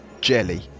jelly